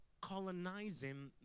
colonizing